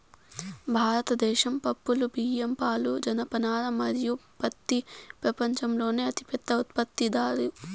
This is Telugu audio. భారతదేశం పప్పులు, బియ్యం, పాలు, జనపనార మరియు పత్తి ప్రపంచంలోనే అతిపెద్ద ఉత్పత్తిదారు